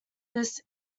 this